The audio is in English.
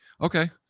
okay